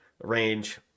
range